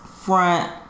front